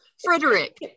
Frederick